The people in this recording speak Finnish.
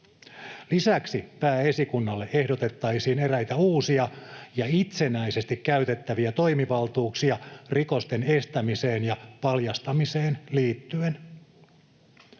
Lisäksi pääesikunnalle ehdotettaisiin eräitä uusia ja itsenäisesti käytettäviä toimivaltuuksia rikosten estämiseen ja paljastamiseen liittyen.